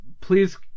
please